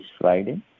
Friday